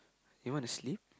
you want to sleep